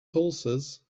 pulses